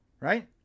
right